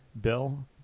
Bill